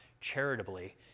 charitably